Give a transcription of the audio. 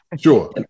Sure